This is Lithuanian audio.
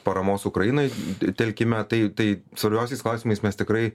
paramos ukrainai telkime tai tai svarbiausiais klausimais mes tikrai